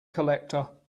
collector